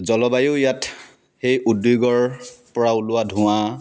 জলবায়ু ইয়াত সেই উদ্যোগৰ পৰা ওলোৱা ধোঁৱা